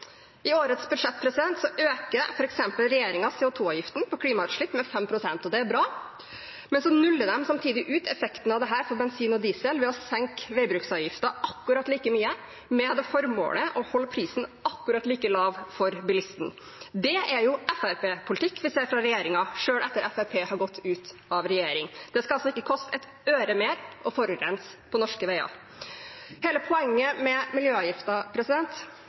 I årets budsjett øker f.eks. regjeringen CO 2 -avgiften for klimautslipp med 5 pst., og det er bra. Men så nuller de samtidig ut effekten av dette for bensin og diesel ved å senke veibruksavgiften akkurat like mye, med det formålet å holde prisen akkurat like lav for bilisten. Det er jo Fremskrittsparti-politikk vi ser fra regjeringen, selv etter at Fremskrittspartiet har gått ut av regjering. Det skal altså ikke koste et øre mer å forurense på norske veier. Hele poenget med